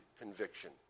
conviction